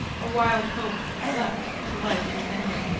a wild hope leapt to life within him.